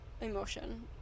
emotion